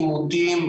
עימותים,